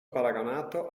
paragonato